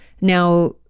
Now